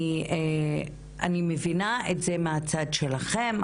אני מבינה את זה מהצד שלכם,